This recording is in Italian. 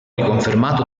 riconfermato